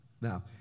Now